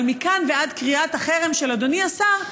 אבל מכאן ועד קריאת החרם של אדוני השר,